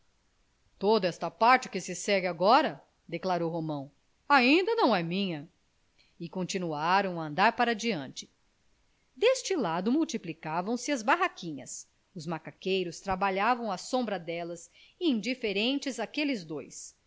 toda esta parte que se segue agora declarou joão romão ainda não é minha e continuaram a andar para diante deste lado multiplicavam se as barraquinhas os macaqueiros trabalhavam à sombra delas indiferentes àqueles dois